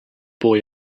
boy